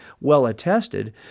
well-attested